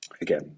Again